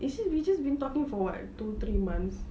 you see we just been talking for what two three months